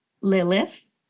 Lilith